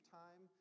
time